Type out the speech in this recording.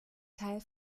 teil